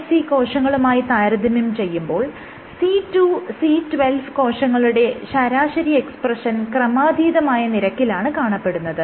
hMSC കോശങ്ങളുമായി താരതമ്യം ചെയ്യുമ്പോൾ C2C12 കോശങ്ങളുടെ ശരാശരി എക്സ്പ്രെഷൻ ക്രമാധീതമായ നിരക്കിലാണ് കാണപ്പെടുന്നത്